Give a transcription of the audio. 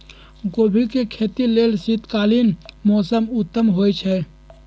गोभी के खेती लेल शीतकालीन मौसम उत्तम होइ छइ